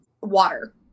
water